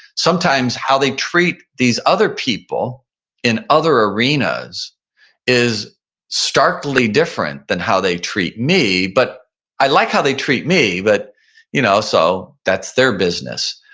sometimes how they treat these other people in other arenas is starkly different than how they treat me but i like how they treat me, but you know also that's their business.